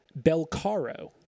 Belcaro